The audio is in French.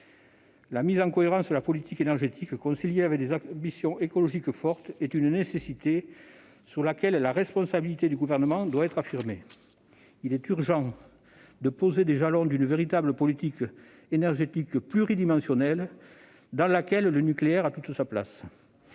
La mise en cohérence de la politique énergétique, conciliée avec des ambitions écologiques fortes, est une nécessité sur laquelle la responsabilité du Gouvernement doit être affirmée. Il est urgent de poser les jalons d'une véritable politique énergétique pluridimensionnelle dans laquelle le nucléaire a toute sa place.